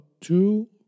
two